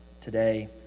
today